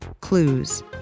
clues